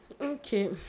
Okay